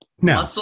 Now